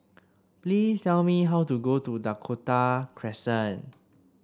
please tell me how to go to Dakota Crescent